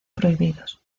prohibidos